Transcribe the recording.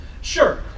Sure